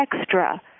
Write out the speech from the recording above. extra